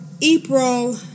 April